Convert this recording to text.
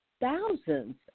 thousands